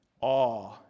Awe